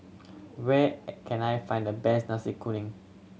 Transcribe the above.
where can I find the best Nasi Kuning